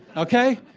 okay?